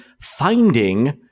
finding